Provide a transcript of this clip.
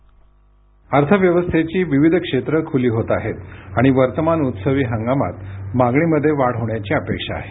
ध्वनी अर्थव्यवस्थेची विविध क्षेत्रं खुली होत आहेत आणि वर्तमान उत्सवी हंगामात मागणीमध्ये वाढ होण्याची अपेक्षा आहे